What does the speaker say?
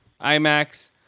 IMAX